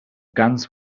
guns